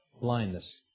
blindness